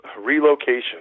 relocation